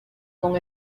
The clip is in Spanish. con